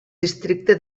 districte